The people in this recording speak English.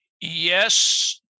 Yes